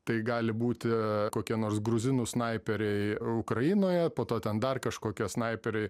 tai gali būti kokie nors gruzinų snaiperiai ukrainoje po to ten dar kažkokie snaiperiai